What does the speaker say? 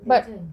but